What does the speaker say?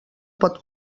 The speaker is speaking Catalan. pot